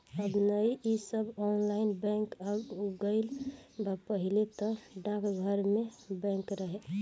अब नअ इ सब ऑनलाइन बैंक आ गईल बा पहिले तअ डाकघरवे में बैंक रहे